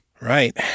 Right